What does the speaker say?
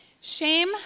Shame